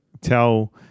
tell